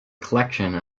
collection